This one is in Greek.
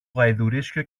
γαϊδουρίσιο